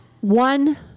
One